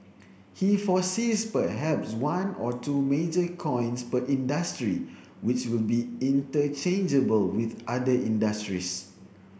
he foresees perhaps one or two major coins per industry which will be interchangeable with other industries